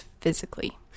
physically